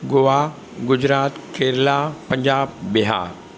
Goa Gujarat Kerala Punjab Bihar